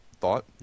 thought